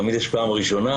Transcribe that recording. תמיד יש פעם ראשונה,